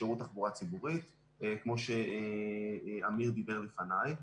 שירות תחבורה ציבורית כמו שאמיר דיבר לפניי.